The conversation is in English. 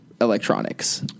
Electronics